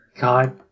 God